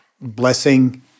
blessing